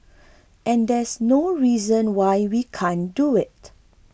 and there's no reason why we can't do it